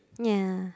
yeah